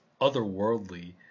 otherworldly